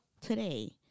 today